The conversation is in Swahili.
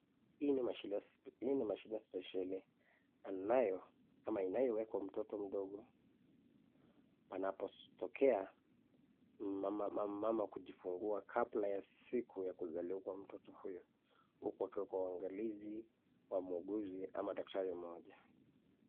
Hii ni mashine spesheli inayowekwa mtoto mdogo panapotokea mama kujifungua kabla ya siku ya kuzaliwa mtoto huyo, huku akiwa kwa uangalizi wa muuguzi ama daktari mmoja.